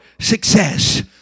success